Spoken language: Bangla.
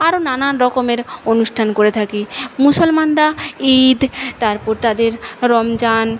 আরো নানান রকমের অনুষ্ঠান করে থাকি মুসলমানরা ঈদ তারপর তাঁদের রমজান